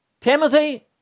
Timothy